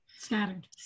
Scattered